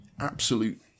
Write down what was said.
absolute